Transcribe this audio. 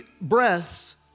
breaths